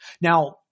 Now